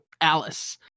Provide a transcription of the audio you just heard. Alice